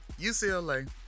UCLA